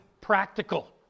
practical